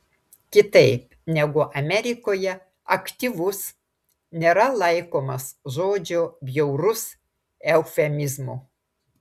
kitaip negu amerikoje aktyvus nėra laikomas žodžio bjaurus eufemizmu